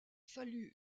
fallu